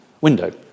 window